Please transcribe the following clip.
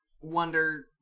wonder